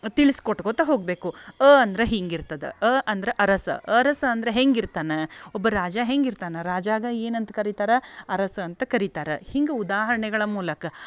ತಿಳ್ಸಿ ಕೊಟ್ಕೊತಾ ಹೋಗಬೇಕು ಅ ಅಂದ್ರೆ ಹಿಂಗೆ ಇರ್ತದ ಅ ಅಂದ್ರೆ ಅರಸ ಅರಸ ಅಂದರೆ ಹೆಂಗೆ ಇರ್ತಾನ ಒಬ್ಬ ರಾಜ ಹೆಂಗೆ ಇರ್ತಾನ ರಾಜಾಗ ಏನು ಅಂತ ಕರಿತಾರ ಅರಸ ಅಂತ ಕರಿತಾರ ಹಿಂಗೆ ಉದಾಹರಣೆಗಳ ಮೂಲಕ